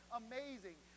amazing